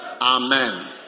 Amen